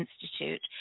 Institute